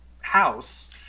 house